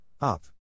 Up